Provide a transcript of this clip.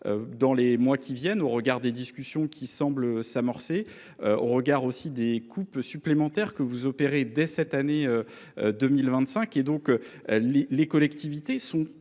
dans les mois qui viennent, au regard des discussions qui semblent s'amorcer, au regard aussi des coupes supplémentaires que vous opérez dès cette année 2025, et donc les collectivités sont